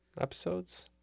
episodes